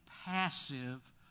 passive